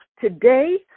today